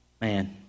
Man